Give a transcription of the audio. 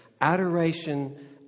adoration